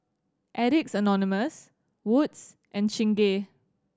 Addicts Anonymous Wood's and Chingay